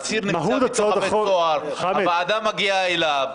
העציר נמצא בתוך בית הסוהר, הוועדה מגיעה אליו.